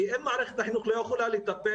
כי אם מערכת החינוך לא יכולה לטפל,